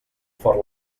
fort